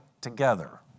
together